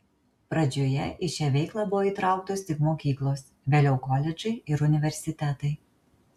pradžioje į šią veiklą buvo įtrauktos tik mokyklos vėliau koledžai ir universitetai